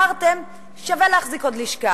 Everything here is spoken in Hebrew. אמרתם: שווה להחזיק עוד לשכה,